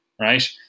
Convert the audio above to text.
right